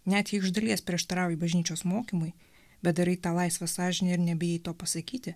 net jeigu iš dalies prieštarauja bažnyčios mokymui bet darai tą laisvę sąžine ir nebijai to pasakyti